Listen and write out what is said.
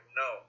no